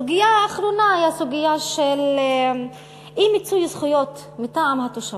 סוגיה אחרונה היא הסוגיה של אי-מיצוי זכויות מטעם התושבים,